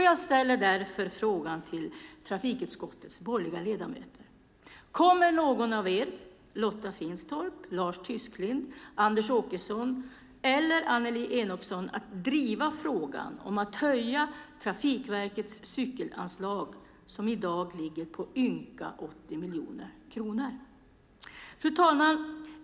Jag ställer därför frågan till trafikutskottets borgerliga ledamöter: Kommer någon av er, Lotta Finstorp, Lars Tysklind, Anders Åkesson eller Annelie Enochson att driva frågan om att höja Trafikverkets cykelanslag som i dag ligger på ynka 80 miljoner kronor? Fru talman!